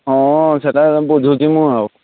ହଁ ସେଇଟା ବୁଝୁଛି ମୁଁ ଆଉ